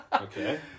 Okay